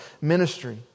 ministry